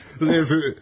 Listen